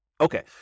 Okay